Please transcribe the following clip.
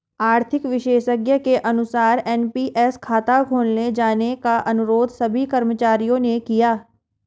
आर्थिक विशेषज्ञ के अनुसार एन.पी.एस खाता खोले जाने का अनुरोध सभी कर्मचारियों ने किया